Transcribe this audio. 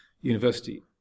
University